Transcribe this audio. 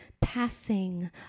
passing